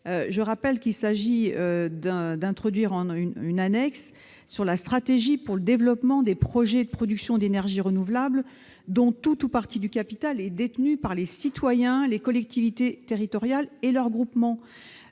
Je rappelle qu'il prévoit l'ajout d'une annexe sur la stratégie pour le développement des projets de production d'énergie renouvelable dont tout ou partie du capital est détenu par les citoyens, les collectivités territoriales et leurs groupements.